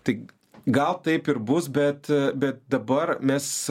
tik gal taip ir bus bet bet dabar mes